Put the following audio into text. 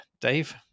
Dave